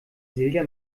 silja